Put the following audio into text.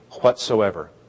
whatsoever